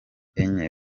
enye